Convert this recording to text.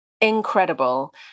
incredible